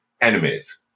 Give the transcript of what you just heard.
enemies